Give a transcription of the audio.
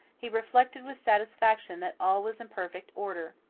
he reflected with satisfaction that all was in perfect order.